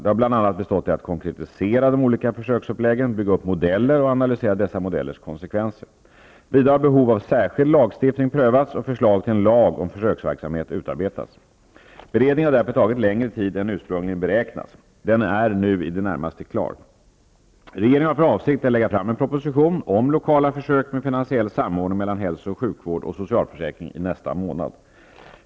Det har bl.a. bestått i att konkretisera de olika försöksuppläggen, bygga upp modeller och analysera dessa modellers konsekvenser. Vidare har behov av särskild lagstiftning prövats och förslag till en lag om försöksverksamhet utarbetats. Beredningen har därför tagit längre tid än ursprungligen beräknats. Den är nu i det närmaste klar. Regeringen har för avsikt att lägga fram en proposition om lokala försök med finansiell samordning mellan hälso och sjukvård och socialförsäkring i nästa månad.